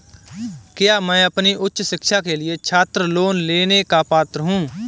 क्या मैं अपनी उच्च शिक्षा के लिए छात्र लोन लेने का पात्र हूँ?